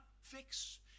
fix